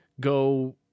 go